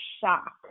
shock